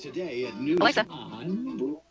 Alexa